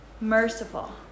merciful